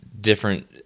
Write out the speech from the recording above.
different